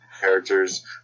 characters